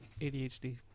ADHD